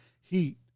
heat